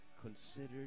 considered